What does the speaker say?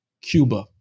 Cuba